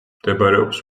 მდებარეობს